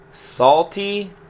Salty